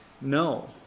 no